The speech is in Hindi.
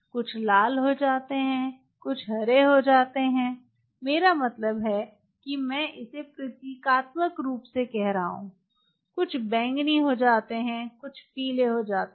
कुछ लाल हो जाते हैं कुछ हरे हो जाते हैं मेरा मतलब है कि मैं इसे प्रतीकात्मक रूप से कह रहा हूं कुछ बैंगनी हो जाते हैं कुछ पीले हो जाते हैं